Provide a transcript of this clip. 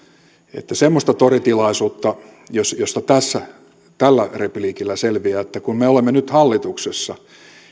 semmoista toritilaisuutta ei ole josta tällä repliikillä selviää että kun me me olemme nyt hallituksessa